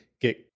get